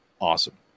awesome